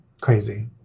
crazy